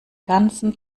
ganzen